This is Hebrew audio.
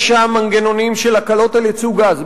יש שם מנגנונים של הקלות על ייצוא גז.